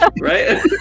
Right